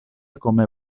come